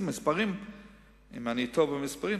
אם אני טוב במספרים,